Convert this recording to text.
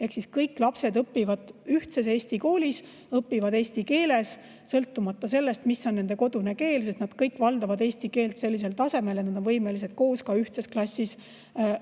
Ehk siis kõik lapsed õpivad ühtses Eesti koolis ja õpivad eesti keeles, sõltumata sellest, mis on nende kodune keel, sest nad kõik valdavad eesti keelt sellisel tasemel, et nad on võimelised koos ühtses klassis